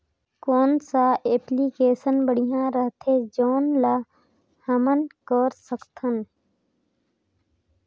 कौन सा एप्लिकेशन बढ़िया रथे जोन ल हमन कर सकथन?